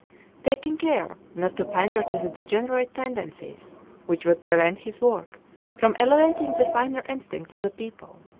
taking care not to pander to the degenerate tendencies which would prevent his work from elevating the finer instincts of the people.